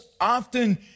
often